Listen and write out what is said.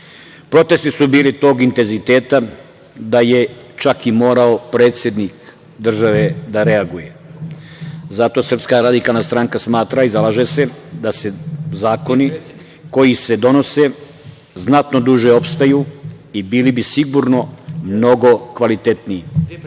Protesti su bili tog intenziteta da je čak i morao predsednik države da reaguje. Zato SRS smatra i zalaže se da zakoni koji se donose znatno duže opstaju i bili bi sigurno mnogo kvalitetniji.